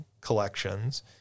collections